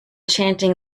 chanting